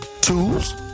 Tools